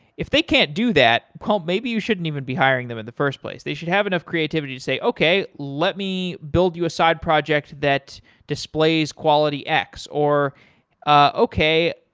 if they can't do that, maybe you shouldn't even be hiring them in the first place. they should have enough creativity to say, okay, let me build you a side project that displays quality x, or ah okay.